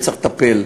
וצריך לטפל,